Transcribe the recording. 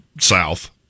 South